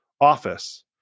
office